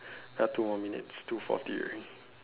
now two more minutes two forty already